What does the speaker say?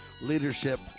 leadership